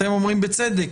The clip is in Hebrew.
אתם אומרים בצדק